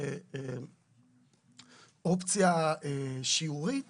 כאופציה שימורית